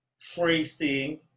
tracing